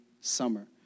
summer